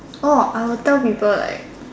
oh I will tell people like